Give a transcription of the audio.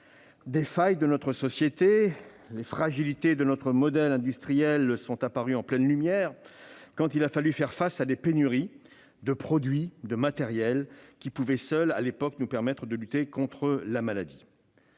des failles de notre société ; les fragilités de notre modèle industriel sont apparues en pleine lumière quand il a fallu faire face à des pénuries de produits qui, seuls, pouvaient nous permettre de lutter contre la maladie.